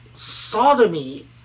Sodomy